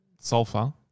sulfur